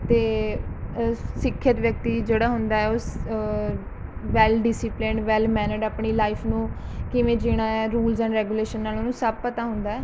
ਅਤੇ ਸਿੱਖਿਅਤ ਵਿਅਕਤੀ ਜਿਹੜਾ ਹੁੰਦਾ ਹੈ ਉਹ ਸ ਵੈਲ ਡਿਸੀਪਲੇਨ ਵੈਲ ਮੈਨਰਡ ਆਪਣੀ ਲਾਈਫ਼ ਨੂੰ ਕਿਵੇਂ ਜੀਣਾ ਹੈ ਰੂਲਜ਼ ਐਂਡ ਰੈਗੂਲੇਸ਼ਨ ਨਾਲ਼ ਉਹਨੂੰ ਸਭ ਪਤਾ ਹੁੰਦਾ ਹੈ